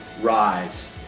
rise